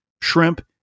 shrimp